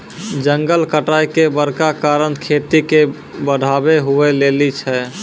जंगल कटाय के बड़का कारण खेती के बढ़ाबै हुवै लेली छै